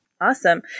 Awesome